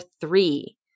three